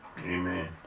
Amen